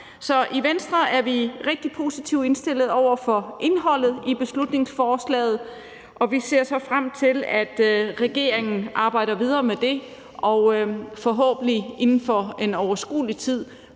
i Venstre er vi rigtig positivt indstillet over for indholdet i beslutningsforslaget, og vi ser så frem til, at regeringen arbejder videre med det og forhåbentlig inden for en overskuelig tid